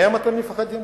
מהם אתם מפחדים?